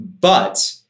But-